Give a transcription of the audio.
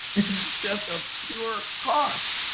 it's just a pure cost.